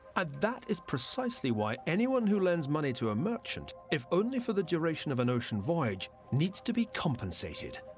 ah that is precisely why anyone who lends money to a merchant if only for the duration of an ocean voyage needs to be compensated.